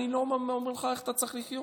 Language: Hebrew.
אני לא אומר לך איך אתה צריך לחיות.